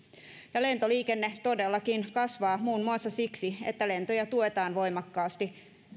ja lentoliikenne todellakin kasvaa muun muassa siksi että lentoja tuetaan voimakkaasti